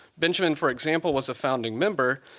benjamin, for example, was a founding member.